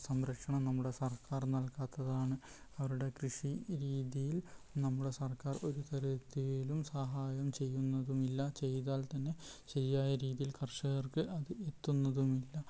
സംരക്ഷണം നമ്മുടെ സർക്കാർ നൽകാത്തതാണ് അവരുടെ കൃഷി രീതിയിൽ നമ്മുടെ സർക്കാർ ഒരു തരത്തിലും സഹായം ചെയ്യുന്നതുമില്ല ചെയ്താൽ തന്നെ ശരിയായ രീതിയിൽ കർഷകർക്ക് അത് എത്തുന്നതുമില്ല